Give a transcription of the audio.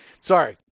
Sorry